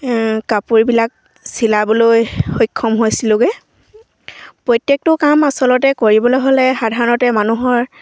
কাপোৰবিলাক চিলাবলৈ সক্ষম হৈছিলোগৈ প্ৰত্যেকটো কাম আচলতে কৰিবলৈ হ'লে সাধাৰণতে মানুহৰ